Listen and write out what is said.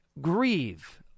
grieve